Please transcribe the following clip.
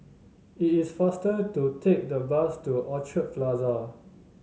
it is faster to take the bus to Orchard Plaza